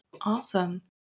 awesome